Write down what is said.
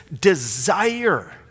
desire